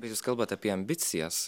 bet jūs kalbat apie ambicijas